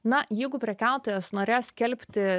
na jeigu prekiautojas norėjo skelbti